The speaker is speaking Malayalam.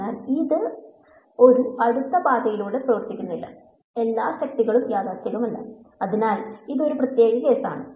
അതിനാൽ അത് ഒരു അടുത്ത പാതയിലൂടെ പ്രവർത്തിക്കുന്നില്ല എല്ലാ ശക്തികളും യാഥാസ്ഥിതികമല്ല അതിനാൽ ഇത് ഒരു പ്രത്യേക കേസാണ്